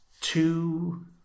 two